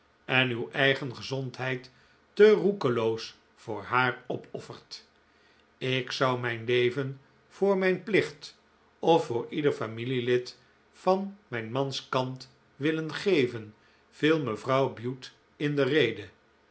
en uw eigen gezondheid te roekeloos voor haar opoffert ik zou mijn leven voor mijn plicht of voor ieder familielid van mijn mans kant willen geven viel mevrouw bute in de rede